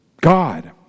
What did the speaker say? God